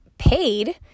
paid